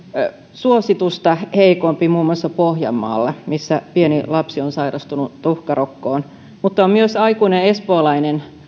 suositusta heikompi muun muassa pohjanmaalla missä pieni lapsi on sairastunut tuhkarokkoon mutta myös aikuinen espoolainen